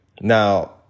Now